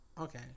Okay